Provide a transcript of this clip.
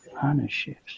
Partnerships